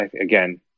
again